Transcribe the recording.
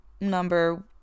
number